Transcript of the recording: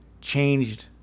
changed